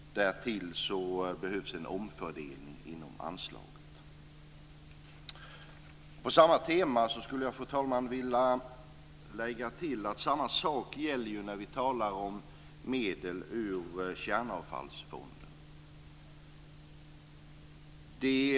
Därtill behövs en omfördelning inom anslaget. På samma tema skulle jag, fru talman, vilja lägga till att samma sak gäller när vi talar om medel ur Kärnavfallsfonden.